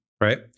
right